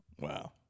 Wow